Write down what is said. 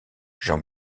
jean